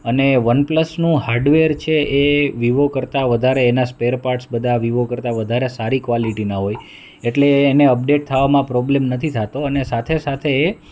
અને વન પ્લસનું હાર્ડવેર છે એ વિવો કરતાં વધારે એના સ્પેરપાર્ટસ બધા વિવો કરતાં વધારે સારી ક્વાલિટીના હોય એટલે એને અપડેટ થાવામાં પ્રોબ્લમ નથી થાતો અને સાથે સાથે એ